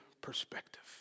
perspective